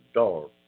dark